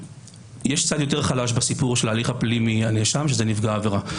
יש צד יותר חלש בסיפור של ההליך הפנימי מהנאשם שזה נפגע העבירה.